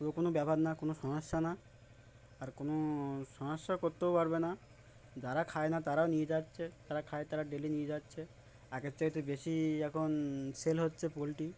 পুরো কোনো ব্যাপার না কোনো সমস্যা না আর কোনো সমস্যা করতেও পারবে না যারা খায় না তারাও নিয়ে যাচ্ছে যারা খায় তারা ডেলি নিয়ে যাচ্ছে আগের চাইতে বেশি এখন সেল হচ্ছে পোলট্রি